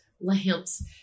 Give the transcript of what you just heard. lamps